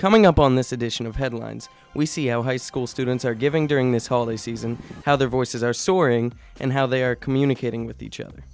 coming up on this edition of headlines we see how high school students are giving during this holiday season how their voices are soaring and how they are communicating with each other